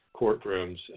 courtrooms